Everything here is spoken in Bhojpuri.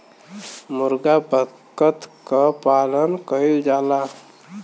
मुरगा बत्तख क पालन कइल जाला